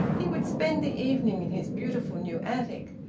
he would spend the evening in his beautiful new attic,